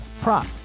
prop